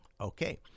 Okay